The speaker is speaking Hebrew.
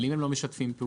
אבל אם הם לא משתפים פעולה?